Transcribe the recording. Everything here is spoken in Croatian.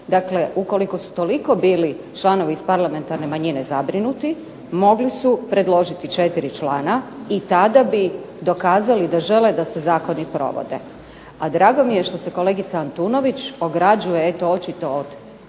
Dakle, ukoliko su toliko bili članovi iz parlamentarne manjine zabrinuti mogli su predložiti četiri člana i tada bi dokazali da žele da se zakoni provode. A drago mi je što se kolegica Antunović ograđuje eto očito od